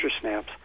Snaps